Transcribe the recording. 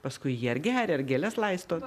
paskui jį ar geria ar gėles laisto